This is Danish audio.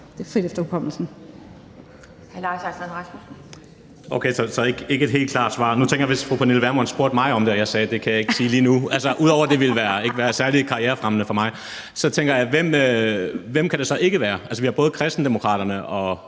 det er frit efter hukommelsen.